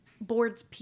boards